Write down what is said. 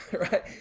right